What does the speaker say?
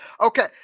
Okay